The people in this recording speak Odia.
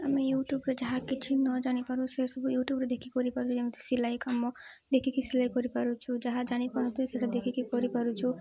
ଆମେ ୟୁଟ୍ୟୁବ୍ରେ ଯାହା କିଛି ନ ଜାଣିପାରୁ ସେସବୁ ୟୁଟ୍ୟୁବ୍ରେ ଦେଖି କରିପାରୁ ଯେମିତି ସିଲେଇ କାମ ଦେଖିକି ସିଲେଇ କରିପାରୁଛୁ ଯାହା ଜାଣିପାରୁଥିବେ ସେଟା ଦେଖିକି କରିପାରୁଛୁ